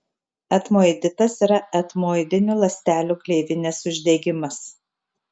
etmoiditas yra etmoidinių ląstelių gleivinės uždegimas